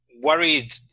worried